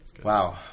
Wow